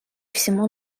всему